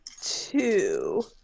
two